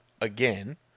again